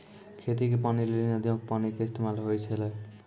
खेती के पानी लेली नदीयो के पानी के इस्तेमाल होय छलै